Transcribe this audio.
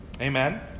amen